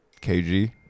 KG